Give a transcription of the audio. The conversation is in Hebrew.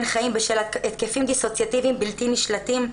חיים בשל ההתקפים הדיסוציאטיביים בלתי נשלטים,